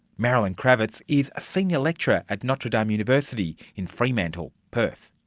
marilyn krawitz is a senior lecturer at notre dame university in fremantle, perth.